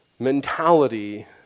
mentality